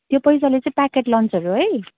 त्यो पैसाले चाहिँ प्याकेट लन्चहरू है